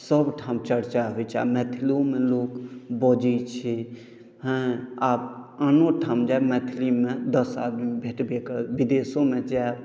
सभठाम चर्चा होइत छै आब मैथिलीओमे लोक बजैत छै हँ आब आनो ठाम जायब मैथिलीमे दस आदमी भेटबे करत विदेशोमे जायब